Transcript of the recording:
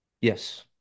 Yes